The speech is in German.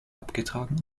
abgetragen